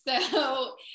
so-